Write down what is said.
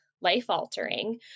life-altering